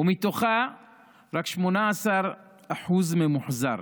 ומתוכה רק 18% ממוחזר.